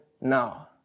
now